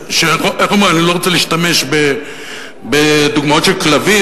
איך אומרים אני לא רוצה להשתמש בדוגמאות של כלבים,